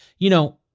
you know,